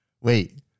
Wait